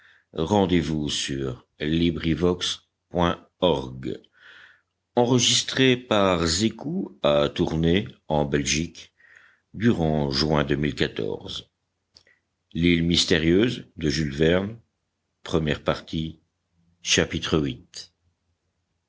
l'île mystérieuse by